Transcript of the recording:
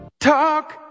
Talk